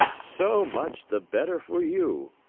so much the better for you!